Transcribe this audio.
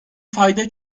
fayda